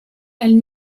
and